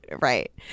right